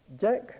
Jack